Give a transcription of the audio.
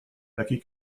becky